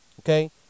Okay